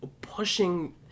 pushing